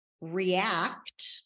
react